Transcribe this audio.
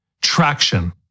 Traction